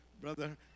brother